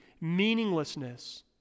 meaninglessness